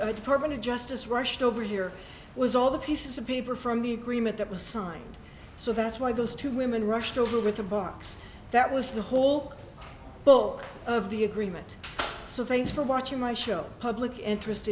the department of justice rushed over here was all the pieces of paper from the agreement that was signed so that's why those two women rushed over with a box that was the whole book of the agreement so thanks for watching my show public interest